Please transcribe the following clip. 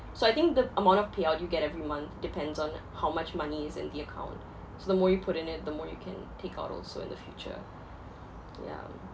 so I think the amount of payout you get every month depends on how much money is in the account so the more you put in it the more you can take out also in the future yeah